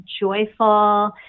joyful